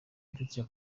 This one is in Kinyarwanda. dutya